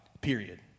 period